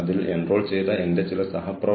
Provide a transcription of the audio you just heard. അതിനാൽ ഞാൻ ഉദ്ദേശിക്കുന്നത് വിവിധ കാര്യങ്ങൾ